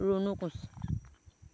Runu Koch